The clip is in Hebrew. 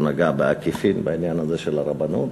הוא נגע בעקיפין בעניין הזה של הרבנות,